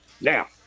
Now